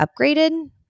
upgraded